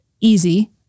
easy